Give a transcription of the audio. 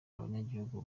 abanyagihugu